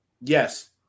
Yes